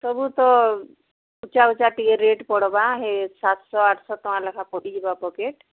ସବୁ ତ ଉଚ୍ଚା ଉଚ୍ଚା ଟିକେ ରେଟ୍ ପଡ଼୍ବା ହେ ସାତଶହ ଆଠଶହ ଟଙ୍କା ଲେଖାଁ ପଡ଼ିଯିବା ପ୍ୟାକେଟ୍